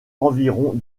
environ